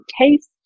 taste